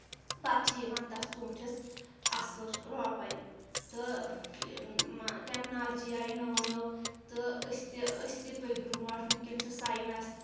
پتہٕ چھِ یِوان تَتھ ژوٗنٛٹھِس اَصٕل رۄپے تہٕ ٹیکنالجی آیہِ نٔو نٔو تہٕ أسۍ تہِ أسۍ تہِ پٔکۍ برونٛٹھ وٕنکؠن چھُ ساینَس